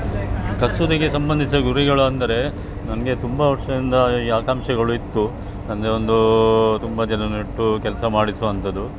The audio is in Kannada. ಕಸೂತಿಗೆ ಸಂಬಂಧಿಸಿದ ಗುರಿಗಳು ಎಂದರೆ ನನಗೆ ತುಂಬ ವರ್ಷದಿಂದ ಈ ಆಕಾಂಕ್ಷೆಗಳು ಇತ್ತು ಅಂದರೆ ಒಂದು ತುಂಬ ಜನನ್ನು ಇಟ್ಟು ಕೆಲಸ ಮಾಡಿಸುವಂಥದ್ದು